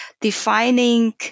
Defining